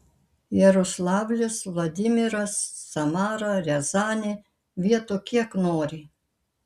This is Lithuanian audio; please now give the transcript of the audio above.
jaroslavlis vladimiras samara riazanė vietų kiek nori